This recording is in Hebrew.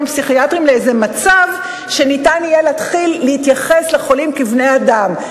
הפסיכיאטריים לאיזה מצב שיהיה אפשר להתחיל להתייחס לחולים כבני-אדם.